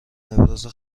ابزار